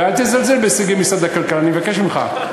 ואל תזלזל בהישגי משרד הכלכלה, אני מבקש ממך.